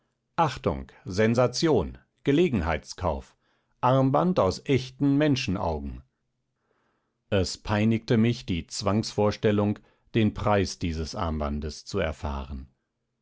achtung sensation gelegenheitskauf armband aus echten menschenaugen es peinigte mich die zwangsvorstellung den preis dieses armbandes zu erfahren